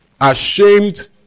ashamed